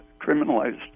criminalized